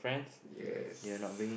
yes